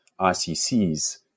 ICC's